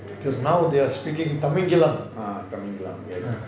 because now they're speaking Tamingalam